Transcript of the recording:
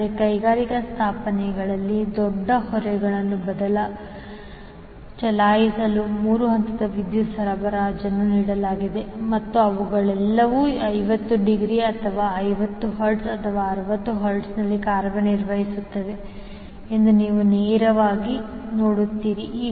ಆದರೆ ಕೈಗಾರಿಕಾ ಸ್ಥಾಪನೆಯಲ್ಲಿ ದೊಡ್ಡ ಹೊರೆಗಳನ್ನು ಚಲಾಯಿಸಲು 3 ಹಂತದ ವಿದ್ಯುತ್ ಸರಬರಾಜನ್ನು ನೀಡಲಾಗಿದೆ ಮತ್ತು ಇವುಗಳೆಲ್ಲವೂ 50 ಡಿಗ್ರಿ ಅಥವಾ 50 ಹರ್ಟ್ಜ್ ಅಥವಾ 60 ಹರ್ಟ್ಜ್ನಲ್ಲಿ ಕಾರ್ಯನಿರ್ವಹಿಸುತ್ತವೆ ಎಂದು ನೀವು ನೇರವಾಗಿ ನೋಡುತ್ತೀರಿ